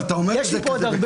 אבל אתה אומר את זה בכלליות.